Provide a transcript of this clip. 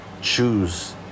choose